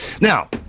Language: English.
now